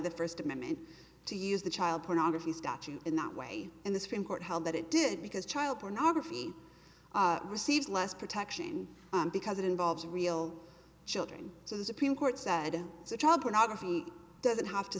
the first amendment to use the child pornography statute in that way and the supreme court held that it did because child pornography received less protection because it involves real children so the supreme court said the child pornography doesn't have to